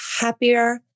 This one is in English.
happier